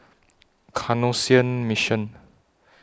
Canossian Mission